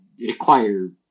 require